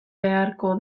beharko